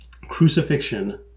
crucifixion